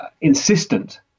insistent